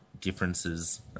differences